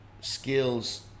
skills